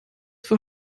vor